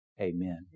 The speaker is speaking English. Amen